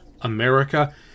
America